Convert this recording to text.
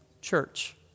church